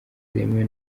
zemewe